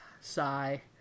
Sigh